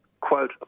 quote